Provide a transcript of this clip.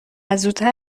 زودتر